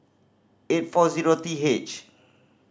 eight four zero T H